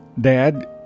Dad